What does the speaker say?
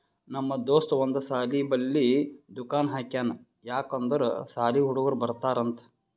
ನಮ್ ದೋಸ್ತ ಒಂದ್ ಸಾಲಿ ಬಲ್ಲಿ ದುಕಾನ್ ಹಾಕ್ಯಾನ್ ಯಾಕ್ ಅಂದುರ್ ಸಾಲಿ ಹುಡುಗರು ಬರ್ತಾರ್ ಅಂತ್